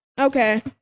Okay